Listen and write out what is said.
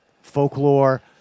folklore